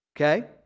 Okay